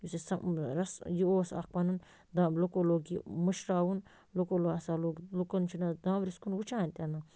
یُس اَسہِ سا یہِ اوس اَکھ پنُن دام لُکو لوگ یہِ مٔشراوُن لُکو لوگ ہَسا لوگ لُکن چھِنہٕ اَز دامرِس کُن وٕچھان تہِ نہٕ